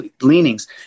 leanings